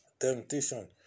Temptation